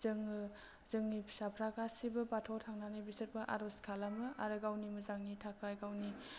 जोङो जोंनि फिसाफ्रा गासैबो बाथौवाव थांनानै बिसोरबो आर'ज खालामो आरो गावनि मोजांनि थाखाय गावनि